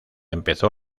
empezó